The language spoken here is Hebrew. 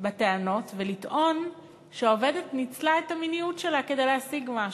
בטענות ולטעון שהעובדת ניצלה את המיניות שלה כדי להשיג משהו.